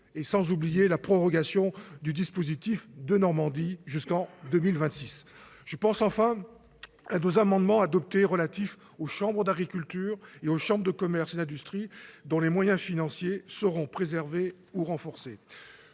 et sans oublier la prorogation du dispositif de Normandie jusqu'en 2026. Je pense enfin à nos amendements adoptés relatifs aux Chambres d'Agriculture et aux Chambres de Commerce et d'Industrie dont les moyens financiers seront préservés ou renforcés.